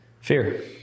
Fear